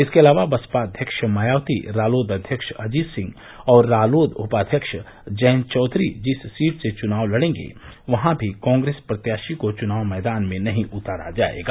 इसके अलावा बसपा अध्यक्ष मायावती रालोद अध्यक्ष अजित सिंह और रालोद उपाध्यक्ष जयंत चौधरी जिस सीट से चुनाव लड़ेंगे वहां भी कॉप्रेस प्रत्याशी को चुनाव मैदान में नही उतारा जायेगा